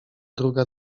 druga